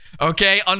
okay